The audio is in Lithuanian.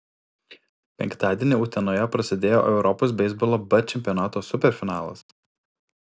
penktadienį utenoje prasidėjo europos beisbolo b čempionato superfinalas